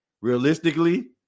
Realistically